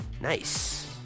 Nice